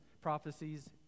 prophecies